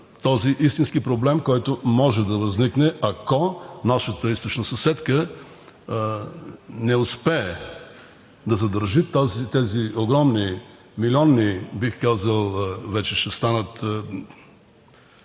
този истински проблем, който може да възникне, ако нашата източна съседка не успее да задържи тези огромни, бих казал вече ще станат